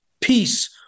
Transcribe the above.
peace